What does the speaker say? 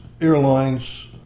airlines